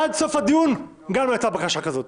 עד סוף הדיון גם לא הייתה בקשה כזאת.